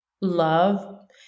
love